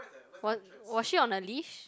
was was she on a leash